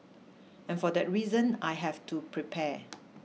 and for that reason I have to prepare